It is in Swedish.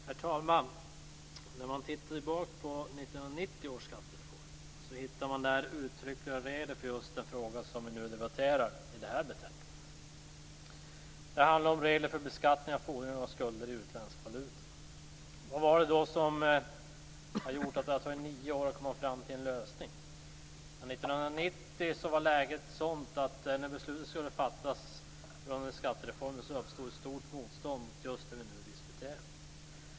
Herr talman! När man tittar tillbaka på 1990 års skattereform hittar man där uttryckliga regler för just den fråga som vi debatterar i det här betänkandet. Det handlar om regler för beskattning av fordringar och skulder i utländsk valuta. Vad är det då som har gjort att det har tagit nio år att komma fram till en lösning? 1990 var läget sådant att när beslutet om skattereformen skulle fattas uppstod ett stort motstånd om just det vi nu diskuterar.